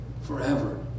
forever